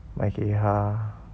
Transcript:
买给她